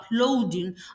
uploading